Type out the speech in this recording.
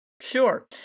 Sure